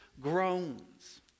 groans